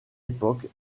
époque